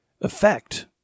effect